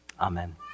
Amen